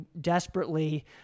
desperately